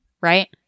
right